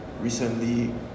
recently